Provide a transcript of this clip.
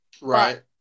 right